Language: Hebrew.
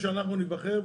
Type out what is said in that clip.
חכה שאנחנו ניבחר,